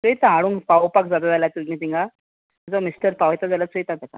चयता हाडून पावोपाक जाता जाल्यार तुमी तिंगा तुजो मिस्टर पावयता जाल्यार चयता तेका